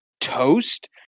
toast